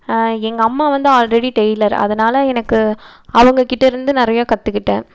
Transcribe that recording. எங்கள் அம்மா வந்து ஆல்ரெடி டெய்லர் அதனால் எனக்கு அவங்கக்கிட்ட இருந்து நிறையா கற்றுக்கிட்டேன்